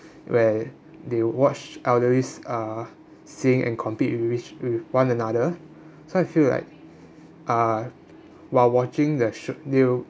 where they watched elderlies uh singing and compete with each with one another so I feel like uh while watching that sho~ they will